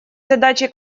задачей